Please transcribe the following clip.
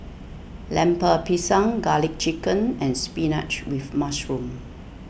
Lemper Pisang Garlic Chicken and Spinach with Mushroom